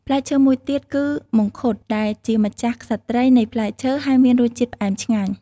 ផ្លែឈើមួយទៀតគឺមង្ឃុតដែលជាម្ចាស់ក្សត្រីនៃផ្លែឈើ ហើយមានរសជាតិផ្អែមឆ្ងាញ់។